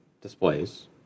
displays